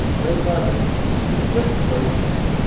very clever it's just so petty.